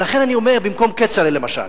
ולכן אני אומר, במקום כצל'ה למשל: